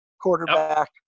quarterback